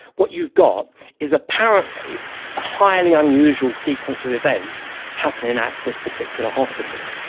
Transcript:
what you've got is apparently a highly unusual sequence of events happening at this particular hospital.